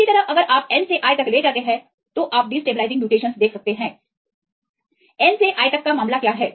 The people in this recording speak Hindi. इसी तरह अगर आप N से I तक ले जाते हैं तोआप डिस्टेबलाइजिंग म्यूटेशनस देख सकते हैं N से I तक का मामला क्या है